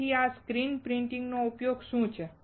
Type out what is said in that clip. તેથી આ screen printing નો ઉપયોગ શું છે